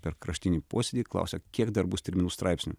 per kraštinį posėdį klausia kiek dar bus terminų straipsnių